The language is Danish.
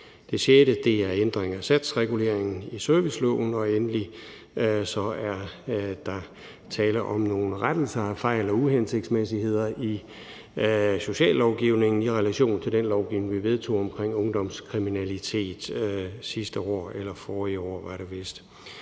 Det sjette er ændring af satsreguleringen i serviceloven. Og endelig er der for det syvende tale om rettelser af nogle fejl og uhensigtsmæssigheder i sociallovgivningen i relation til den lovgivning, vi vedtog om ungdomskriminalitet sidste år – eller forrige år var det vist.